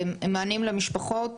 מענים למשפחות,